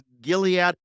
Gilead